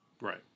right